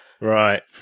Right